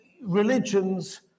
religions